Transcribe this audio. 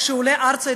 כשהוא עולה ארצה,